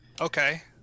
Okay